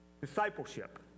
Discipleship